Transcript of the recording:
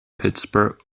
pittsburgh